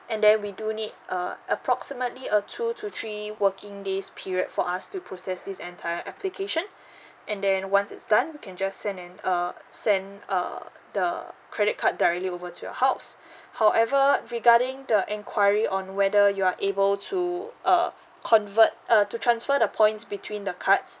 and then we do need uh approximately a two to three working days period for us to process this entire application and then once it's done can just send an err send err the credit card directly over to your house however regarding the enquiry on whether you are able to uh convert uh to transfer the points between the cards